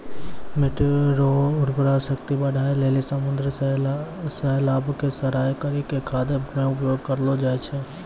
मिट्टी रो उर्वरा शक्ति बढ़ाए लेली समुन्द्री शैलाव के सड़ाय करी के खाद मे उपयोग करलो जाय छै